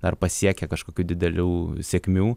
dar pasiekę kažkokių didelių sėkmių